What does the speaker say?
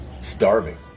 starving